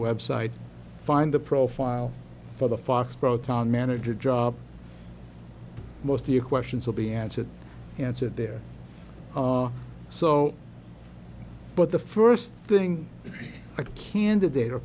web site find the profile for the foxboro town manager job most of your questions will be answered answered there so but the first thing a candidate or